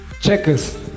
checkers